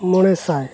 ᱢᱚᱬᱮ ᱥᱟᱭ